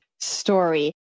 story